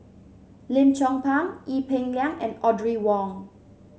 Lim Chong Pang Ee Peng Liang and Audrey Wong